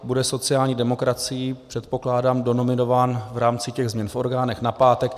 Bude sociální demokracií, předpokládám, donominován v rámci změn v orgánech na pátek.